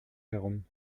herum